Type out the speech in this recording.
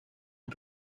une